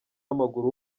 w’amaguru